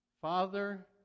Father